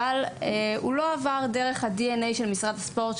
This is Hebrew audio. אבל הוא לא עבר דרך הדנ"א של משרד הספורט,